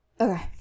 Okay